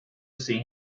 see